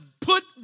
put